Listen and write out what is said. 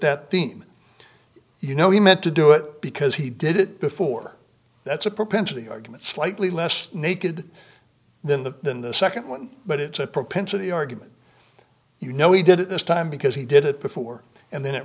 that theme you know he meant to do it because he did it before that's a propensity argument slightly less naked then the nd one but it's a propensity argument you know he did it this time because he did it before and then it